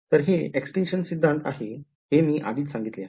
तर हे एक्सटीनकॅशन सिद्धांत आहे हे मी आधीच सांगितले आहे